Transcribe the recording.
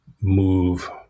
move